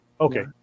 Okay